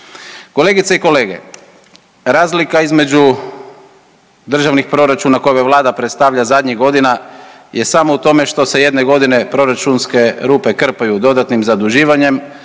Kolegice i kolege, razlika između državnih proračuna koje ova vlada predstavlja zadnjih godina je samo u tome što se jedne godine proračunske rupe krpaju dodatnim zaduživanjim,